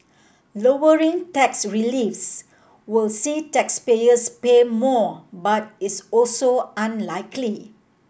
lowering tax reliefs will see taxpayers pay more but is also unlikely